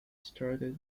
started